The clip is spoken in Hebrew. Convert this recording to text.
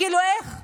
כאילו איך,